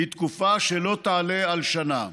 לתקופה שלא תעלה על שנה.